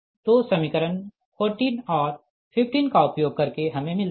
तो समीकरण 14 और 15 का उपयोग करके हमें मिलता है